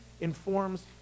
informs